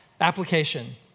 Application